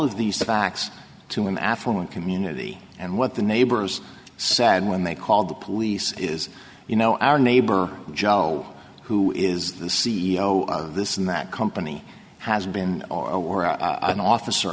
of these facts to an affluent community and what the neighbors said when they called the police in as you know our neighbor joe who is the c e o of this and that company has been an officer